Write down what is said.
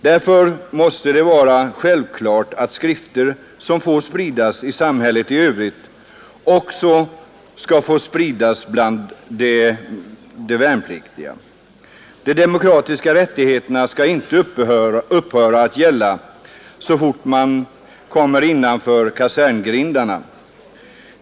Det är därför självklart att skrifter som får spridas i samhället i övrigt också skall få spridas bland värnpliktiga. De demokratiska rättigheterna skall inte upphöra att gälla, så fort man kommer innanför kaserngrindarna.